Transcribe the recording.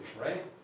right